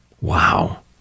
Wow